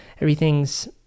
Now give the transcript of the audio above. everything's